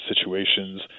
situations